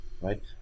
right